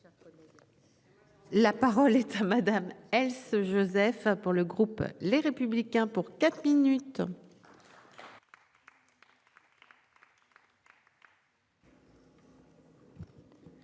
La parole est à madame Else Joseph. Pour le groupe Les Républicains pour quatre minutes.